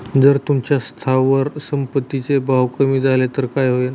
जर तुमच्या स्थावर संपत्ती चे भाव कमी झाले तर काय होईल?